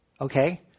Okay